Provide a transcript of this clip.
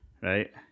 right